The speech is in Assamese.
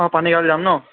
অঁ পানীগাঁও যাম ন'